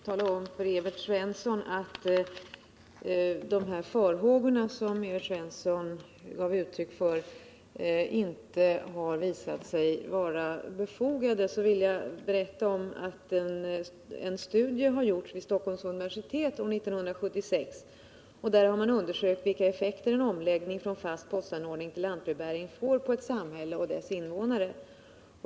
Herr talman! De farhågor som Evert Svensson gav uttryck för har inte visat sig vara befogade. Jag kan tala om att en studie har gjorts vid Stockholms universitet år 1976. Därvid undersökte man vilka effekter en omläggning från fast postanordning till lantbrevbäring får på ett samhälle och dess invånare.